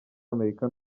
amerika